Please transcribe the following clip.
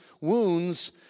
wounds